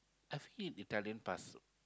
have you eat taken pizza